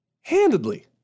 Handedly